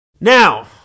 Now